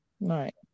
Right